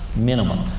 minimum.